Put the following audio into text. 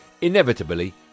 Inevitably